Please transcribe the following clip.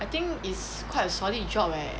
I think it's quite a solid job eh